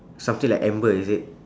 something like amber is it